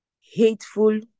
hateful